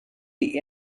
die